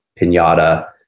Pinata